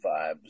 vibes